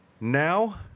Now